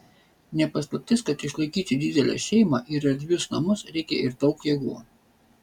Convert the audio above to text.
ne paslaptis kad išlaikyti didelę šeimą ir erdvius namus reikia ir daug jėgų